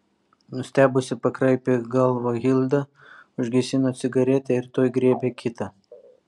nustebusi pakraipė galvą hilda užgesino cigaretę ir tuoj griebė kitą